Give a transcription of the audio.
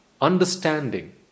understanding